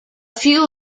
few